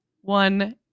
one